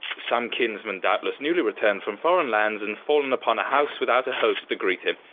some kinsman doubtless, newly returned from foreign lands and fallen upon a house without a host to greet him?